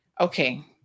Okay